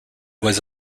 was